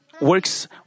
works